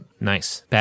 Nice